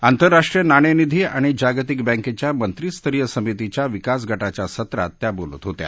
आंतरराष्ट्रीय नाणेनिधी आणि जागतिक बँकेच्या मंत्रीस्तरीय समितीच्या विकासगटाच्या सत्रात त्या बोलत होत्या